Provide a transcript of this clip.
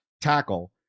tackle